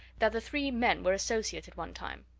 that the three men were associates at one time.